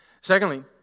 Secondly